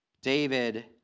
David